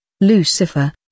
Lucifer